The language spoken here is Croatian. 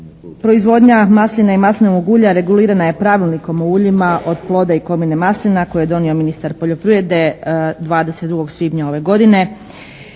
Proizvodnja maslina i maslinovog ulja regulirana je Pravilnikom o uljima od ploda i komine maslina koji je donio ministar poljoprivrede 22. svibnja ove godine